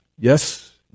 Yes